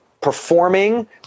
Performing